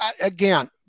again